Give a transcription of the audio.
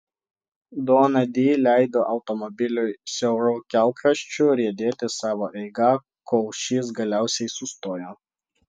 dona di leido automobiliui siauru kelkraščiu riedėti savo eiga kol šis galiausiai sustojo